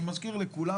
אני מרכיז לכולם,